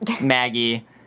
Maggie